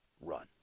run